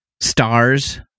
stars